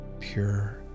pure